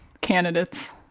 candidates